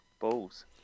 Balls